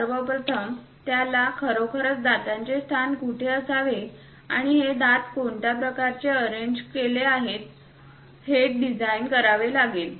सर्व प्रथम त्याला खरोखरच दातांचे स्थान कुठे असावे आणि हे दात कोणत्या प्रकारे अरेंज केले आहेत हे डिझाइन करावे लागेल